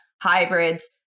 hybrids